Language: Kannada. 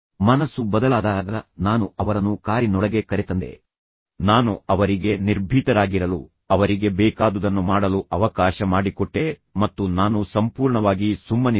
ಮನಸ್ಸು ಬದಲಾದಾಗ ನಾನು ಅವರನ್ನು ಕಾರಿ ನೊಳಗೆ ಕರೆತಂದೆ ನಾನು ಅವರಿಗೆ ನಿರ್ಭೀತರಾಗಿರಲು ಅವರಿಗೆ ಬೇಕಾದುದನ್ನು ಮಾಡಲು ಅವಕಾಶ ಮಾಡಿಕೊಟ್ಟೆ ಮತ್ತು ನಾನು ಸಂಪೂರ್ಣವಾಗಿ ಸುಮ್ಮನಿದ್ದೆ